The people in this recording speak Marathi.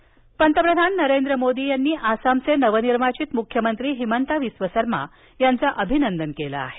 हिमंता शर्मा पंतप्रधान नरेंद्र मोदी यांनी आसामचे नवनिर्वाचित मुख्यमंत्री हिमंता विश्व शर्मा यांचं अभिनंदन केलं आहे